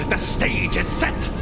the stage is set.